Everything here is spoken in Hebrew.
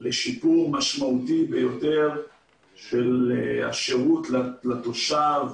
לשיעור משמעותי ביותר של השירות לתושב,